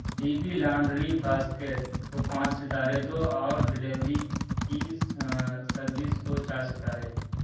D P laundry basket کو پانچ ستارے دو اور ڈیلیوری کی سروس کو چار ستارے